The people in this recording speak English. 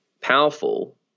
powerful